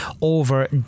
over